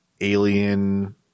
alien